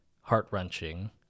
heart-wrenching